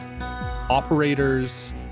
operator's